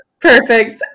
perfect